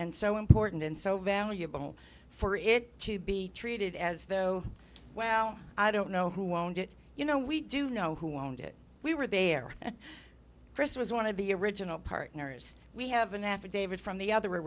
and so important and so valuable for it to be treated as though well i don't know who won't it you know we do know who owned it we were there first was one of the original partners we have an affidavit from the other